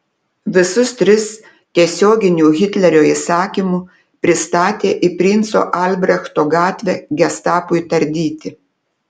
visus tris tiesioginiu hitlerio įsakymu pristatė į princo albrechto gatvę gestapui tardyti